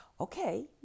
okay